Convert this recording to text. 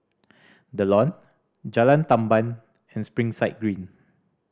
The Lawn Jalan Tamban and Springside Green